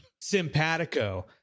Simpatico